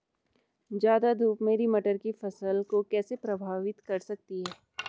ज़्यादा धूप मेरी मटर की फसल को कैसे प्रभावित कर सकती है?